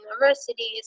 universities